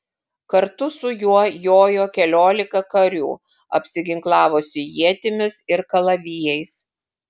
kartu su juo jojo keliolika karių apsiginklavusių ietimis ir kalavijais